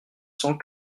cent